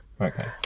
Okay